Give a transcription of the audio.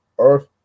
Earth